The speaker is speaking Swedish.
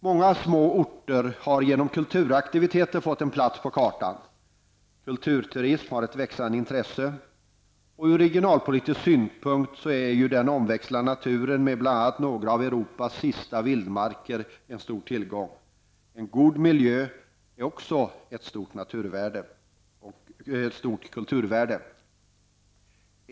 Många små orter har genom kulturaktiviteter fått en plats på kartan. Kulturturism har ett växande intresse. Ur regionalpolitisk synpunkt är ju den omväxlande naturen med bl.a. några av Europas sista vildmarker en stor tillgång. En god miljö är också ett stort kulturvärde.